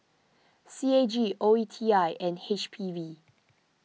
C A G O E T I and H P V